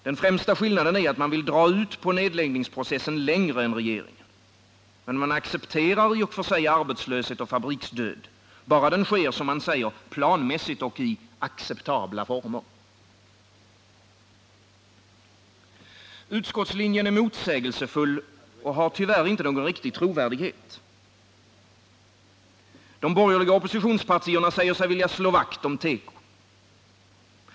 Den främsta skillnaden är att man vill dra ut på nedläggningsprocessen längre än regeringen. Men man accepterar i och för sig arbetslöshet och fabriksdöd, bara den sker, som man säger, planmässigt och i ”acceptabla former”. Utskottslinjen är motsägelsefull och har tyvärr inte någon riktig trovärdighet. De borgerliga oppositionspartierna säger sig vilja slå vakt om teko.